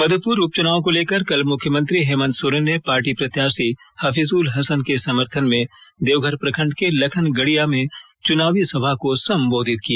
मधुपुर उपचुनाव को लेकर कल मुख्यमंत्री हेमंत सोरेन ने पार्टी प्रत्याशी हफीजुल हसन के समर्थन में देवघर प्रखंड के लखन गड़िया में चुनावी सभा को संबोधित किया